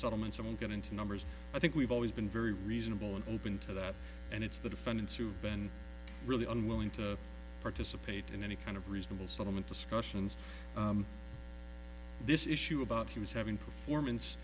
settlements i'm going into numbers i think we've always been very reasonable and open to that and it's the defendants who've been really unwilling to participate in any kind of reasonable settlement discussions this issue about he was having performance